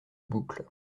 boucles